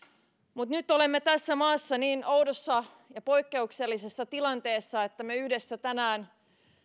mutta nyt olemme tässä maassa niin oudossa ja poikkeuksellisessa tilanteessa että me yhdessä tänään